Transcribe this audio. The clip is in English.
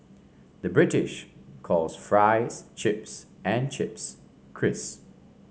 the British calls fries chips and chips crisp